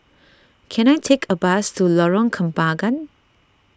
can I take a bus to Lorong Kembagan